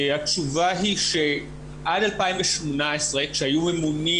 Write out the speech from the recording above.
התשובה היא שעד 2018 כשהיו ממונים